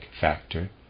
factor